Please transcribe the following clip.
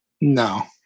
No